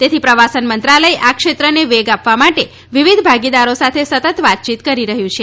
તેથી પ્રવાસન મંત્રાલય આ ક્ષેત્રને વેગ આપવા માટે વિવિધ ભાગીદારો સાથે સતત વાતચીત કરી રહ્યું છે